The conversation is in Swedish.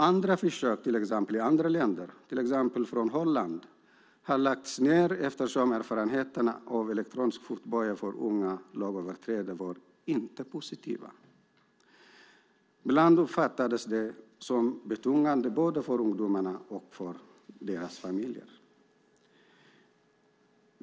Andra försök i andra länder, till exempel i Holland, har lagts ned eftersom erfarenheterna av elektronisk fotboja för unga lagöverträdare inte var positiva. Ibland uppfattades det som betungande både för ungdomarna och för deras familjer.